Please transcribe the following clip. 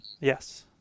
Yes